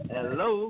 Hello